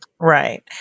Right